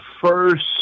first